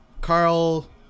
Carl